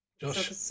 Josh